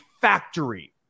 factory